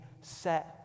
set